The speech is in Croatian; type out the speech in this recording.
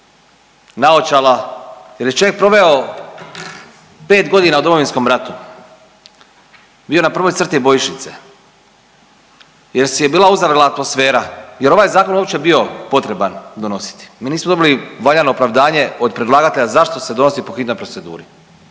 naočala jer je čovjek proveo 5 godina u Domovinskom ratu. Bio je na prvoj crti bojišnice jer si je bila uzavrela atmosfera, jer ovaj Zakon uopće bio potreban donositi? Mi nismo dobili valjano opravdanje od predlagatelja zašto se donosi po hitnoj proceduri,